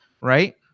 right